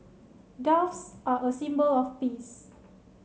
doves are a symbol of peace